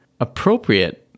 appropriate